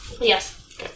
Yes